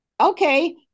Okay